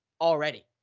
already